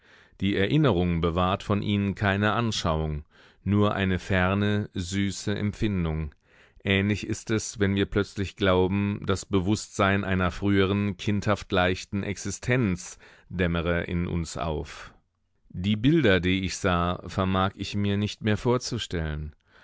die erinnerung bewahrt von ihnen keine anschauung nur eine ferne süße empfindung ähnlich ist es wenn wir plötzlich glauben das bewußtsein einer früheren kindhaft leichten existenz dämmere in uns auf die bilder die ich sah vermag ich mir nicht mehr vorzustellen